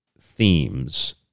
themes